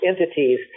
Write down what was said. entities